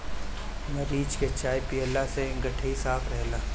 मरीच के चाय पियला से गटई साफ़ रहेला